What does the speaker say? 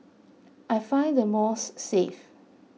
I find the malls safe